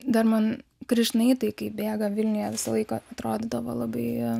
dar man krišnaitai kai bėga vilniuje visą laiką atrodydavo labai